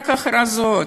רק הכרזות.